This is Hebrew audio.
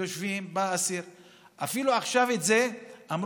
יושבים, בא האסיר.